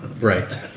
Right